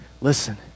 Listen